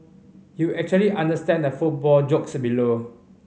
you actually understand the football jokes below